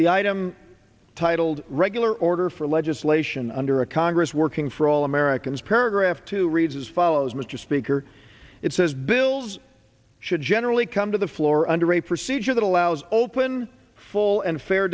the item titled regular order for legislation under a congress working for all americans paragraph two reads as follows mr speaker it says bills should generally come to the floor under a procedure that allows open full and fair